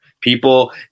People